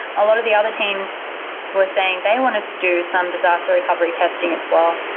a lot of the other teams were saying, they wanted to do some disaster recovery testing as well.